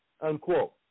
Unquote